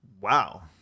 Wow